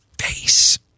face